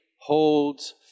holds